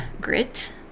Grit